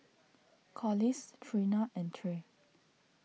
Collis Trena and Tre